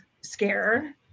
scare